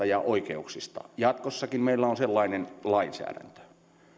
ja jatkossakin meillä on sellainen lainsäädäntö